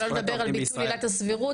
שלא לדבר על ביטול עילת הסבירות,